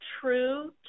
true